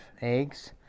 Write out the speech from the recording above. eggs